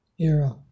era